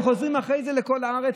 הם חוזרים אחרי זה לכל הארץ,